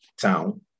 town